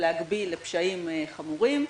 להגביל לפשעים חמורים,